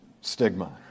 stigma